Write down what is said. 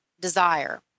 desire